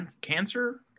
Cancer